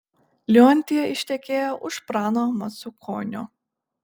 leontija ištekėjo už prano macukonio